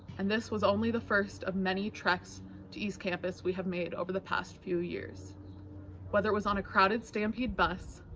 and this was only the first of many treks to east campus we have made over the past few years whether it was on a crowded stampede bus,